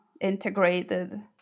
integrated